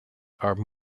are